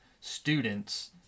students